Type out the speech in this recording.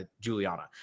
juliana